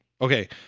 Okay